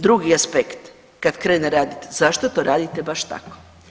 Drugi aspekt, kad krene radit, zašto to radite baš tako.